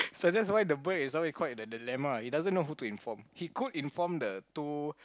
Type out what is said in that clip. so that's why the bird is caught in the dilemma he don't know who to inform he could inform the two